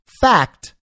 fact